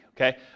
okay